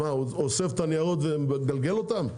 מה, הוא אוסף את הניירות ומגלגל אותם?